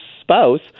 spouse